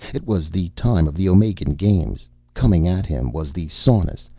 it was the time of the omegan games. coming at him was the saunus,